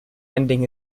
ending